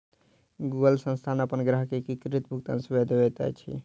Google संस्थान अपन ग्राहक के एकीकृत भुगतान सेवा दैत अछि